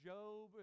Job